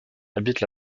habitent